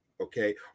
okay